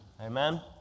Amen